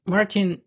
Martin